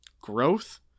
growth